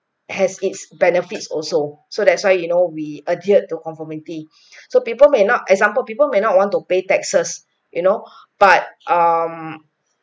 has its benefits also so that's why you know we adhered to conformity so people may not example people may not want to pay taxes you know but um